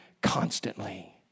constantly